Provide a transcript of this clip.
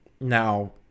now